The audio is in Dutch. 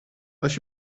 als